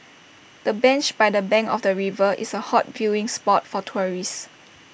the bench by the bank of the river is A hot viewing spot for tourists